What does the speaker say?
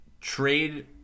trade